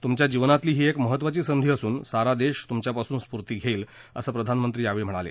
तुमच्या जीवनातली ही एक महत्त्वाची संधी असून सारा देश तुमच्यापासून स्फूर्ती घेईल असं प्रधानमंत्री यावेळी म्हणाले